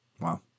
Wow